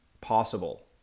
possible